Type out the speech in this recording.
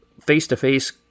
face-to-face